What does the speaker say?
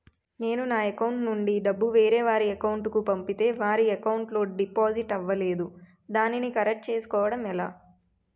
నేను నా అకౌంట్ నుండి డబ్బు వేరే వారి అకౌంట్ కు పంపితే అవి వారి అకౌంట్ లొ డిపాజిట్ అవలేదు దానిని కరెక్ట్ చేసుకోవడం ఎలా?